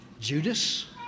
Judas